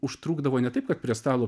užtrukdavo ne taip kad prie stalo